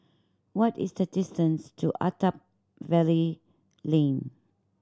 what is the distance to Attap Valley Lane